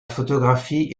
photographie